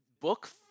book